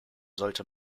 sollte